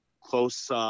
close